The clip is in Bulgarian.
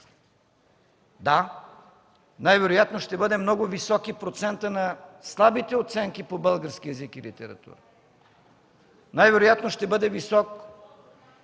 Да, най-вероятно ще бъде много висок и процентът на слабите оценки по български език и литература. Най-вероятно ще бъде висок